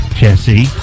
Jesse